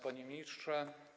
Panie Ministrze!